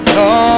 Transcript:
no